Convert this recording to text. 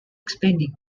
explaining